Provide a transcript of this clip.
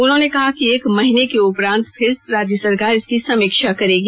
उन्होंने कहा कि एक महीने के उपरांत फिर राज्य सरकार इसकी समीक्षा करेगी